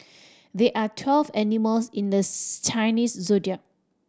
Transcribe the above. there are twelve animals in the Chinese Zodiac